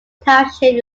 township